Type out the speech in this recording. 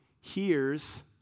hears